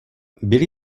byli